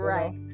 Right